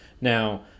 now